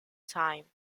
time